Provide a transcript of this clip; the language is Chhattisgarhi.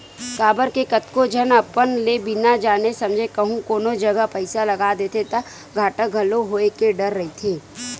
काबर के कतको झन अपन ले बिना जाने समझे कहूँ कोनो जगा पइसा लगा देथे ता घाटा घलो होय के डर रहिथे